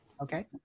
Okay